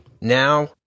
now